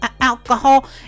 alcohol